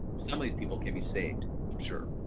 some of these people can be saved for sure.